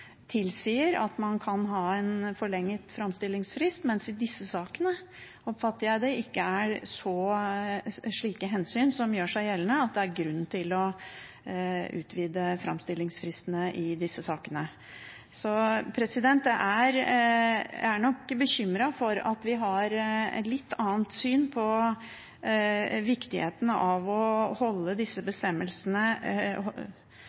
tilsier at man kan ha en forlenget framstillingsfrist. I disse sakene oppfatter jeg at det ikke er slike hensyn som gjør seg gjeldende – altså det at det er grunn til å utvide framstillingsfristene i disse sakene. Jeg er bekymret for at vi har et litt annet syn på viktigheten av å holde disse